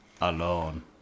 alone